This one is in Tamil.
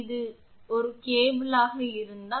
𝑚𝑡 எனவே கேபிள் ஒரு நீளம் இருந்தால் l